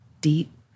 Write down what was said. deep